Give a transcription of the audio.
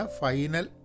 final